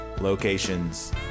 locations